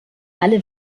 alle